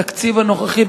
התקציב הנוכחי,